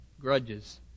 grudges